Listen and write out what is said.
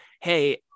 Hey